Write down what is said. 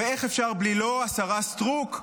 ואיך אפשר בלי, לא, השרה סטרוק?